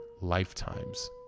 lifetimes